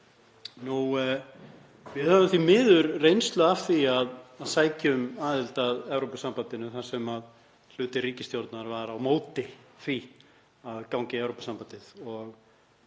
Við höfum því miður reynslu af því að sækja um aðild að Evrópusambandinu þar sem hluti ríkisstjórnar var á móti því að ganga í Evrópusambandið og